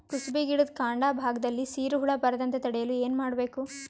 ಕುಸುಬಿ ಗಿಡದ ಕಾಂಡ ಭಾಗದಲ್ಲಿ ಸೀರು ಹುಳು ಬರದಂತೆ ತಡೆಯಲು ಏನ್ ಮಾಡಬೇಕು?